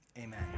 Amen